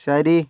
ശരി